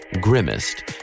Grimmest